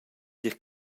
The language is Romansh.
tier